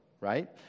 right